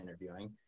interviewing